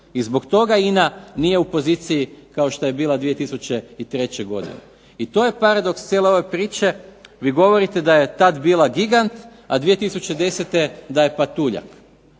i zbog toga INA nije u poziciji kao što je bila 2003. godine. I to je paradoks cijele ove priče, vi govorite da je tad bila gigant, a 2010. da je patuljak.